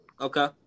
Okay